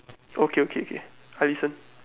okay okay K I listen